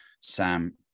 Sam